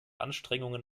anstrengungen